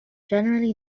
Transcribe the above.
generally